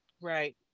Right